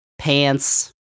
pants